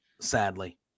sadly